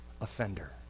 offender